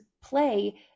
play